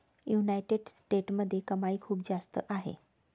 United स्टेट्समध्ये कमाई खूप जास्त आहे